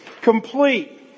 complete